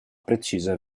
precisa